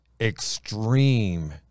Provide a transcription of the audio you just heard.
extreme